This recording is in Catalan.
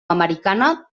americana